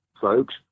folks